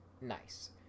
nice